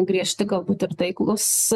griežti galbūt ir taiklūs